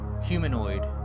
humanoid